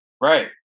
Right